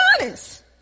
honest